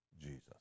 Jesus